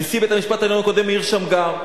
נשיא בית-המשפט העליון הקודם, מאיר שמגר.